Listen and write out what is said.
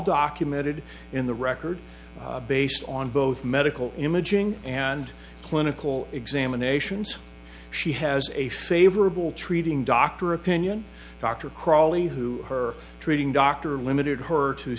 documented in the record based on both medical imaging and clinical examinations she has a favorable treating doctor opinion doctor crawly who her treating doctor limited her t